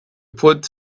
put